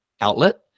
outlet